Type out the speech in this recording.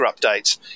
updates